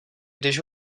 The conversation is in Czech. když